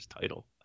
title